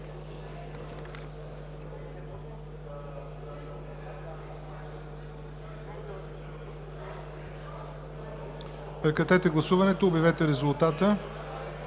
Прекратете гласуването и обявете резултата.